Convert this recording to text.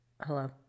hello